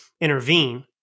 intervene